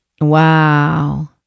Wow